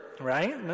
right